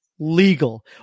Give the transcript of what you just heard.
legal